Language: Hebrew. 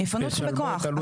יפנו אתכם בכוח.